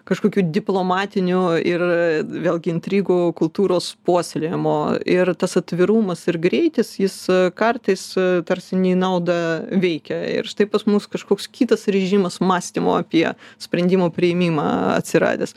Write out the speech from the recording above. kažkokių diplomatinių ir vėlgi intrigų kultūros puoselėjimo ir tas atvirumas ir greitis jis kartais tarsi ne į naudą veikia ir štai pas mus kažkoks kitas režimas mąstymo apie sprendimų priėmimą atsiradęs